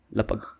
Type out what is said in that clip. Lapag